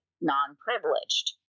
non-privileged